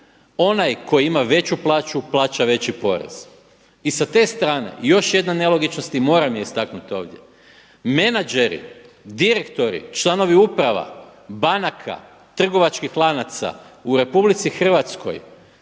onaj koji ima veću plaću plaća veći porez. I sa te strane još jedna nelogičnost i moram je istaknuti ovdje. Menadžeri, direktori, članovi uprava, banaka, trgovačkih lanaca u RH plaćaju